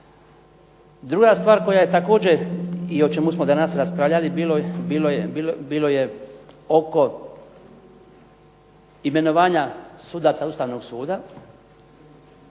Druga stvar koja je također i o čemu smo danas raspravljali bilo je oko imenovanja sudaca Ustavnog suda